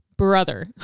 brother